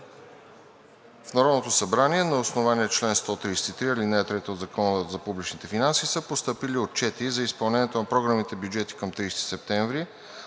В Народното събрание на основание чл. 133, ал. 3 от Закона за публичните финанси са постъпили отчети за изпълнението на програмните бюджети към 30 септември